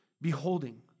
beholding